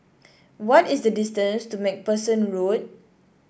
what is the distance to MacPherson Road